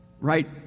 right